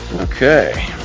Okay